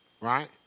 Right